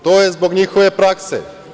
To je zbog njihove prakse.